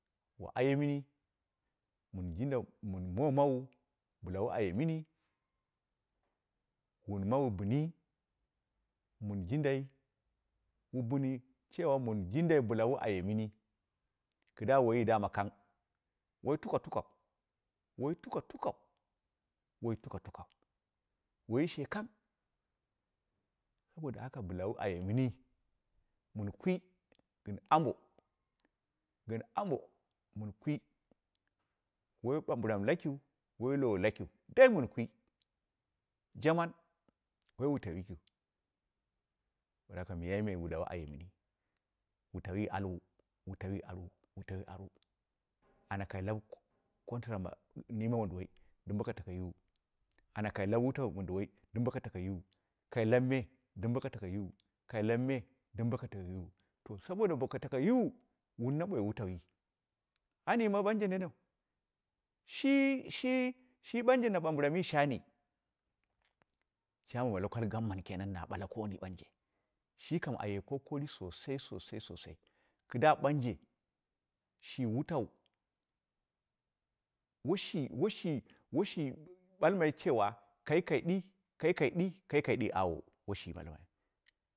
Wu aye mɨni, wun jinda mɨn momawu bɨla wu aye mɨni, wuni ma wu ɓɨni mɨn jindai wu bɨni cewa mɨn jindai bɨla wu ayemɨni, kɨdda woiyi daman kang woi tukatukau, woi tukatukau woi tukatukau, woiyi shi kang, saboda haka bɨla wu ayemɨni, mɨn kwi gɨn amo gɨn amo, gɨn amo, mɨn kwi woi mɨɓambɨ ram lakiu woi lowo lakiu dai mɨn kwi. Jaman woi wutau yikiu, saboda haka miyame bɨla wu ayemɨni, wutau wi arwu, wutauwi arwu, wutautwi arwu, wutauwi arwu, anya kai la kwata ma niime wonduwoi dɨm boko tako yiwu, anya kai ku wutau minmi ɗim boko tako yiwu, dɨm boko tako yiwu, dɨm boka tako yiwu bokai lau me dɨm boko tako yiwu. To saboda boka tako yiwu, wuni na ɓoi wutauwi, an yima ɓanje nenu, shi shi shi naɓambɨrami shani chairman ma local government kenan na ɓala kooni, aye kokari sosai, sosai sosai kɨdda ɓanje shi wutau, woi shi, woi shi, woi shi ɓalmai, cewa kai kai ɗɨ, kai kai ɗi kai kai ɗi duwo.